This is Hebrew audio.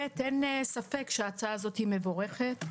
אין ספק שההצעה הזאת מבורכת.